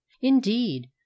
indeed